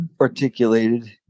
articulated